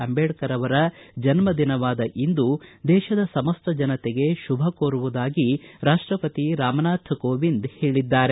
ಅಂಬೇಡ್ಕರ್ ಅವರ ಜನ್ನ ದಿನವಾದ ಇಂದು ದೇಶದ ಸಮಸ್ತ ಜನತೆಗೆ ಶುಭ ಕೋರುವುದಾಗಿ ರಾಷ್ಲಪತಿ ರಾಮನಾಥ ಕೋವಿಂದ್ ಹೇಳಿದ್ದಾರೆ